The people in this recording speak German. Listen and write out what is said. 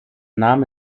name